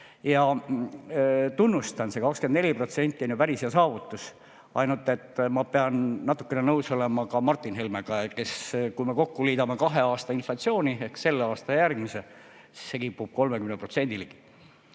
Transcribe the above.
Tunnustan, see 24% on ju päris hea saavutus, ainult et ma pean natukene nõus olema ka Martin Helmega, et kui me kokku liidame kahe aasta inflatsiooni ehk selle ja järgmise aasta oma, siis see kipub 30% ligi.